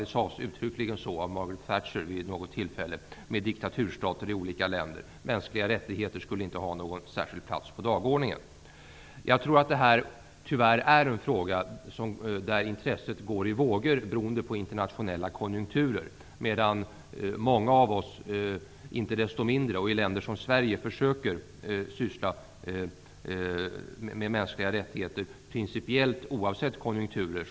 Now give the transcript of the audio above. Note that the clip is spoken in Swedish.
Det sades uttryckligen av Margaret Thatcher vid något tillfälle. Mänskliga rättigheter skulle inte ha någon särskild plats på dagordningen. Tyvärr tror jag att detta är en fråga där intresset går i vågor, beroende på internationella konjunkturer. Många av oss, i länder som Sverige, försöker dock syssla med frågor om mänskliga rättigheter oavsett konjunkturer.